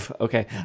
Okay